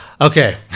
Okay